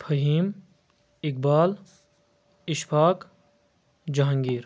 Fahim Iqbal Ishfaq Jahangir